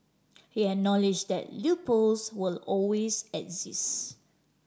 he acknowledge that loopholes will always exist